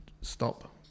stop